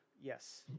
Yes